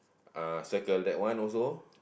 ah circle that one also